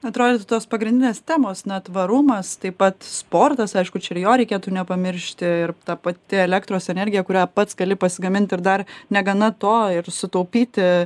atrodytų tos pagrindinės temos na tvarumas taip pat sportas aišku čia ir jo reikėtų nepamiršti ir ta pati elektros energija kurią pats gali pasigamint ir dar negana to ir sutaupyti